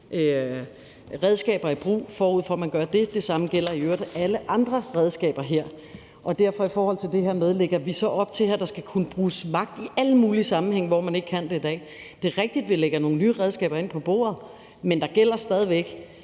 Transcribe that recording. redskaber i brug, forud for at man gør det. Det samme gælder i øvrigt i forhold til alle andre redskaber her. Derfor lægger vi så i forhold til det her op til, at der skal kunne bruges magt i alle mulige sammenhænge, hvor man ikke kan det i dag. Det er rigtigt, at vi lægger nogle nye redskaber ind på bordet, men der gælder stadig væk